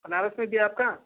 बनारस में भी है आपका